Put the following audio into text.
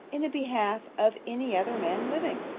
in the behalf of any other man living?